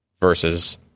versus